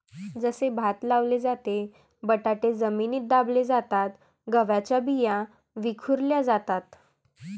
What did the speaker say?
जसे भात लावले जाते, बटाटे जमिनीत दाबले जातात, गव्हाच्या बिया विखुरल्या जातात